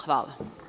Hvala.